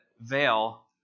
veil